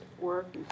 work